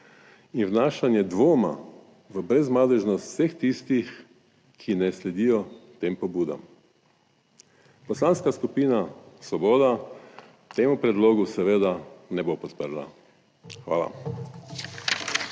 in vnašanje dvoma v brezmadežnost vseh tistih, ki ne sledijo tem pobudam." Poslanska skupina Svoboda temu predlogu seveda ne bo podprla. Hvala.